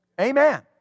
Amen